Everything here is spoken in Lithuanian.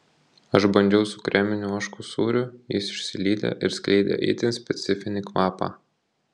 aš bandžiau su kreminiu ožkų sūriu jis išsilydė ir skleidė itin specifinį kvapą